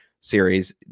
series